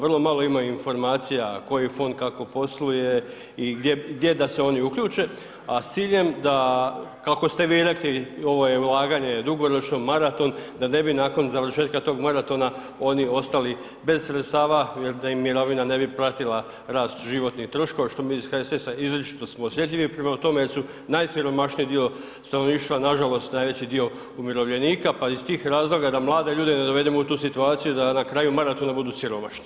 Vrlo malo ima informacija koji fond kako posluje i gdje da se oni uključe, a s ciljem da, kako ste vi rekli ovo je ulaganje dugoročno, maraton, da ne bi nakon završetka tog maratona oni ostali bez sredstava jer da im mirovina ne bi pratila rast životnih troškova što mi iz HSS-a izričito smo osjetljivi prema tome jer su najsiromašniji dio stanovništva nažalost najveći dio umirovljenika pa iz tih razloga da mlade ljude ne dovedemo u tu situaciju da na kraju maratona budu siromašni.